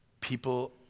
people